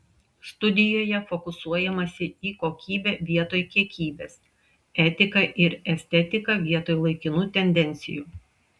studijoje fokusuojamasi į kokybę vietoj kiekybės etiką ir estetiką vietoj laikinų tendencijų